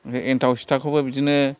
एनथाव फिथाखौबो बिदिनो